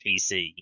PC